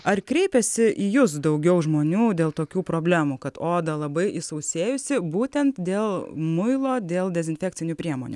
ar kreipiasi į jus daugiau žmonių dėl tokių problemų kad oda labai išsausėjusi būtent dėl muilo dėl dezinfekcinių priemonių